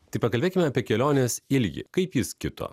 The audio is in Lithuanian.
tai pakalbėkime apie kelionės ilgį kaip jis kito